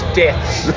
deaths